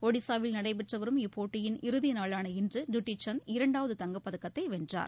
ஒடிசாவில் நடைபெற்று வரும் இப்போட்டியின் இறுதிநாளான இன்று டுட்டி சந்த் இரண்டாவது தங்கப்பதக்கத்தை வென்றார்